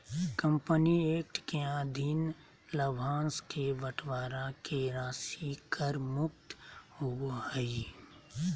company act के अधीन लाभांश के बंटवारा के राशि कर मुक्त होबो हइ